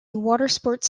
watersports